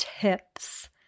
tips